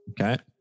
okay